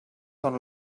són